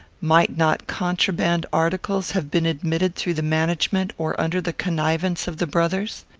might not contraband articles have been admitted through the management or under the connivance of the brothers?